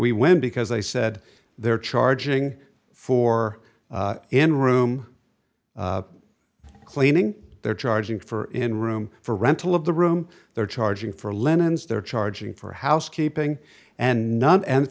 we win because they said they're charging for in room cleaning they're charging for in room for rental of the room they're charging for lennon's they're charging for housekeeping and